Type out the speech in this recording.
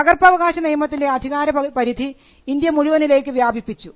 പകർപ്പവകാശ നിയമത്തിൻറെ അധികാരപരിധി ഇന്ത്യ മുഴുവനിലേക്ക് വ്യാപിപ്പിച്ചു